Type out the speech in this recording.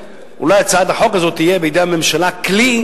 אולי הצעת החוק הזאת תהיה בידי הממשלה כלי